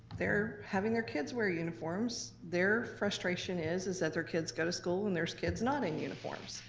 they're having their kids wear uniforms, their frustration is is that their kids go to school and there's kids not in uniforms.